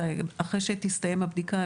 אחרי שתסתיים הבדיקה,